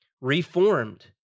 reformed